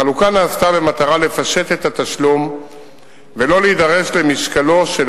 החלוקה נעשתה במטרה לפשט את התשלום ולא להידרש למשקלו של